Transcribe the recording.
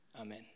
Amen